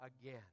again